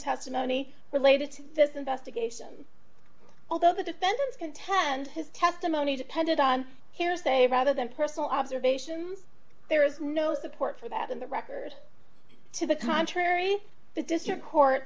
testimony related to this investigation although the defendants contend his testimony depended on here's a rather than personal observations there is no support for that in the record to the contrary the district court